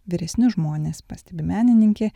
vyresni žmonės pastebi menininkė